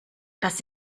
das